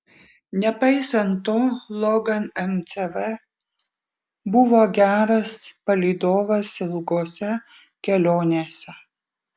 nepaisant to logan mcv buvo geras palydovas ilgose kelionėse